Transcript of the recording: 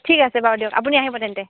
ঠিক আছে বাৰু দিয়ক আপুনি আহিব তেন্তে